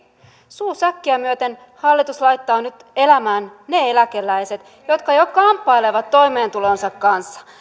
suu säkkiä myöten hallitus laittaa nyt elämään ne eläkeläiset jotka jo kamppailevat toimeentulonsa kanssa